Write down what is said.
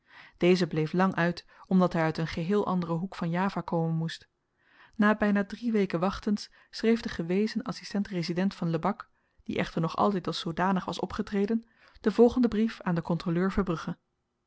deze bleef lang uit omdat hy uit een geheel anderen hoek van java komen moest na byna drie weken wachtens schreef de gewezen adsistent resident van lebak die echter nog altyd als zoodanig was opgetreden den volgenden brief aan den kontroleur verbrugge